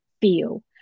feel